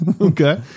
Okay